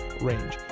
range